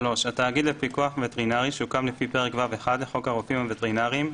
(3)התאגיד לפיקוח וטרינרי שהוקם לפי פרק ו'1 לחוק הרופאים הווטרינרים,